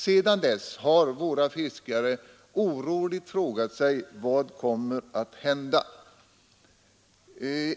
Sedan dess har våra fiskare oroligt frågat sig: Vad kommer att hända?